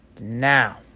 now